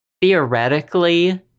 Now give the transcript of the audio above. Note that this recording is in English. theoretically